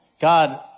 God